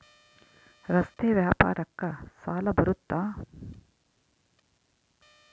ರಸ್ತೆ ವ್ಯಾಪಾರಕ್ಕ ಸಾಲ ಬರುತ್ತಾ?